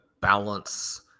balance